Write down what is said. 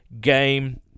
game